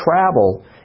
travel